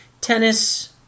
Tennis